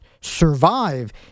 survive